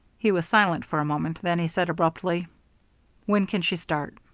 he was silent for a moment, then he said abruptly when can she start?